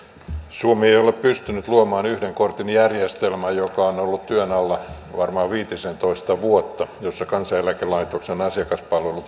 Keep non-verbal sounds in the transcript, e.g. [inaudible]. suomi ei ole pystynyt luomaan yhden kortin järjestelmää joka on ollut työn alla varmaan viitisentoista vuotta ja jossa kansaneläkelaitoksen asiakaspalvelu [unintelligible]